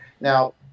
Now